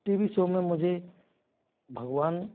T V show में मुझे भगवान